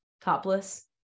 topless